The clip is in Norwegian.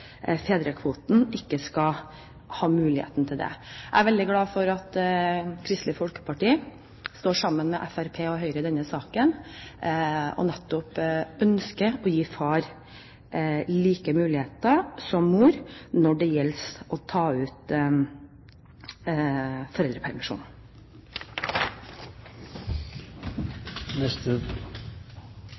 fedrekvoten, skal ha muligheten til det. Jeg er veldig glad for at Kristelig Folkeparti står sammen med Fremskrittspartiet og Høyre i denne saken og nettopp ønsker å gi far og mor like muligheter når det gjelder å ta ut foreldrepermisjon.